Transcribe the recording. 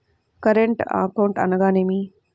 Current account అనగా ఏమిటి?